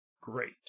great